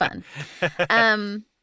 fun